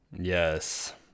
Yes